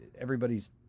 everybody's